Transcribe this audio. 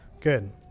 good